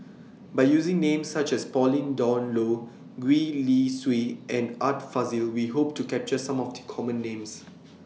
By using Names such as Pauline Dawn Loh Gwee Li Sui and Art Fazil We Hope to capture Some of The Common Names